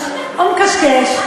הוא מקשקש.